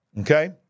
Okay